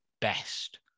best